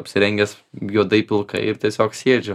apsirengęs juodai pilkai ir tiesiog sėdžiu